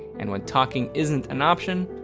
and when talking isn't an option,